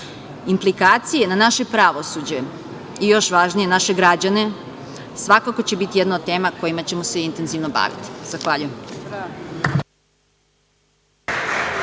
Implikacije na naše pravosuđe i, još važnije, naše građane svakako će biti jedna o tema kojima ćemo se intenzivno baviti. Zahvaljujem.